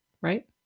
right